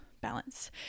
balance